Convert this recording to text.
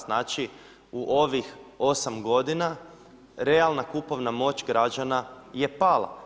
Znači u ovih 8 godina realna kupovna moć građana je pala.